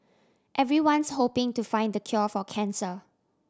everyone's hoping to find the cure for cancer